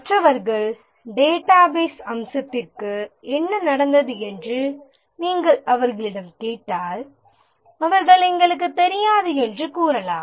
மற்றவர்கள் டேட்டாபேஸ் அம்சத்திற்கு என்ன நடந்தது என்று நீங்கள் அவர்களிடம் கேட்டால் அவர்கள் எங்களுக்குத் தெரியாது என்று கூறலாம்